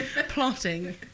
plotting